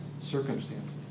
circumstances